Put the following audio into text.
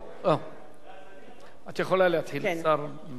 את יכולה להתחיל, השר נמצא.